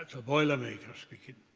a boilermaker speaking!